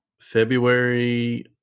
February